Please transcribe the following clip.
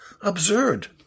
absurd